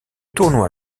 tournoi